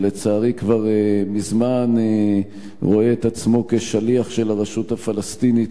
שלצערי כבר מזמן רואה את עצמו כשליח של הרשות הפלסטינית